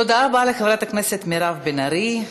תודה רבה לחברת הכנסת מירב בן ארי.